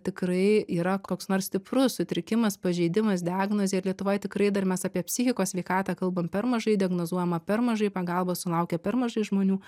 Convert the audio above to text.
tikrai yra koks nors stiprus sutrikimas pažeidimas diagnozė lietuvoje tikrai dar mes apie psichikos sveikatą kalbam per mažai diagnozuojama per mažai pagalbos sulaukia per mažai žmonių